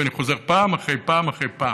ואני חוזר פעם אחרי פעם אחרי פעם: